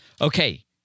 Okay